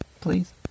please